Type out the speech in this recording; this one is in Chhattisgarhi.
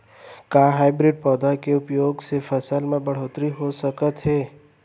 का हाइब्रिड पौधा के उपयोग से फसल म बढ़होत्तरी हो सकत हे?